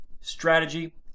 strategy